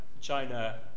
China